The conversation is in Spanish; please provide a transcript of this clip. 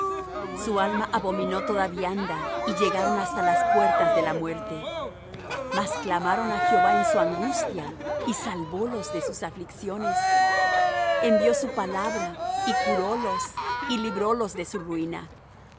su alma abominó toda vianda y llegaron hasta las puertas de la muerte mas clamaron á jehová en su angustia y salvólos de sus aflicciones envió su palabra y curólos y librólos de su ruina